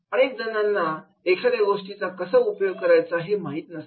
अनेक जणांना एखाद्या गोष्टीचा कसा उपयोग करायचा हे माहीत नसतं